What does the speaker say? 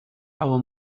our